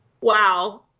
wow